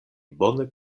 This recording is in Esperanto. bone